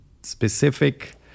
specific